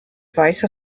weiße